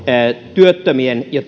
työttömien osaaminen ja